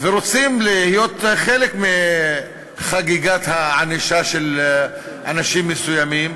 ורוצים להיות חלק מחגיגת הענישה של אנשים מסוימים